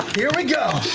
here we go.